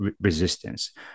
resistance